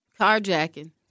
Carjacking